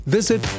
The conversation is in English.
Visit